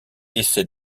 essaye